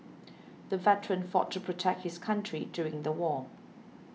the veteran fought to protect his country during the war